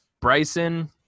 Bryson